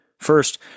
First